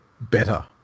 better